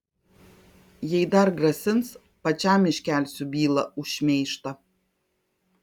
jei dar grasins pačiam iškelsiu bylą už šmeižtą